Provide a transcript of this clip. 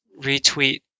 retweet